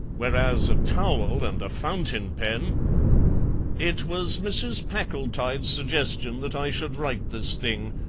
whereas a towel and a fountain-pen it was mrs. packletide's suggestion that i should write this thing,